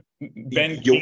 Ben